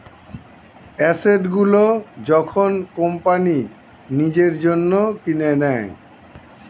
asset গুলো যখন company নিজের জন্য কিনে নেয়